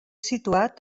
situat